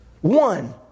one